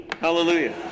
Hallelujah